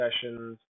sessions